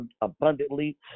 abundantly